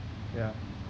ya